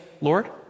Lord